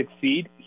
succeed